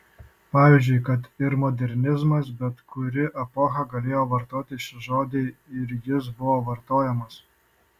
pavyzdžiui kad ir modernizmas bet kuri epocha galėjo vartoti šį žodį ir jis buvo vartojamas